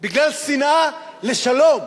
בגלל שנאה לשלום.